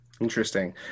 Interesting